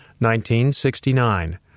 1969